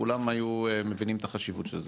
כולם היו מבינים את החשיבות של זה,